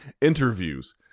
interviews